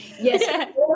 Yes